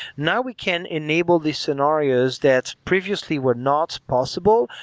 now, we can enable the scenarios that previously were not possible,